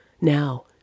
now